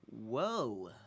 whoa